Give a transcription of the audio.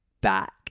back